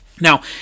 Now